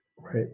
right